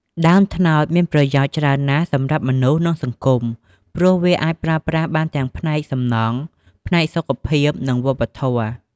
ដើមត្នោតមានប្រយោជន៍ច្រើនណាស់សម្រាប់មនុស្ស និងសង្គម ព្រោះវាអាចប្រើប្រាស់បានទាំងផ្នែកសំណង់ ផ្នែកសុខភាព និងវប្បធម៌។